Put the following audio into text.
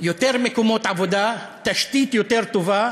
יותר מקומות עבודה, תשתית יותר טובה,